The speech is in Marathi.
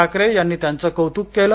ठाकरे यांनी त्यांचं कौतुक केलं